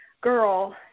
girl